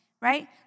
right